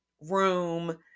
room